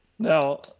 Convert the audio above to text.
Now